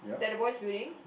that the boy's building